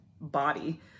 body